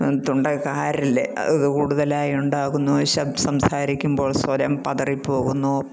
തൊണ്ട കാരൽ അത് കൂടുതലായി ഉണ്ടാകുന്നു സംസാരിക്കുമ്പോൾ സ്വരം പതറിപ്പോകുന്നു